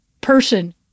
person